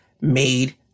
made